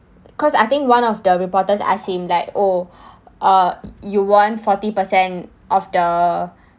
because I think one of the reporters asked him like oh uh you won forty percent of the